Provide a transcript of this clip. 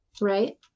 Right